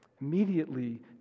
Immediately